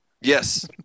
Yes